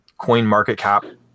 CoinMarketCap